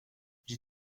j’ai